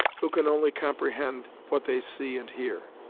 who can only comprehend what they see and hear.